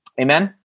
Amen